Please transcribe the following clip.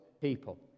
people